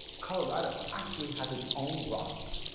colorado actually has its own rocks,